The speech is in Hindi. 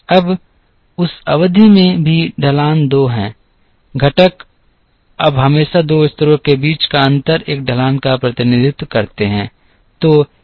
अब उस अवधि में भी ढलान दो है घटक अब हमेशा दो स्तरों के बीच का अंतर एक ढलान का प्रतिनिधित्व करते हैं